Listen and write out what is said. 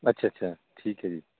ਅੱਛਾ ਅੱਛਾ ਠੀਕ ਹੈ ਜੀ